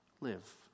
live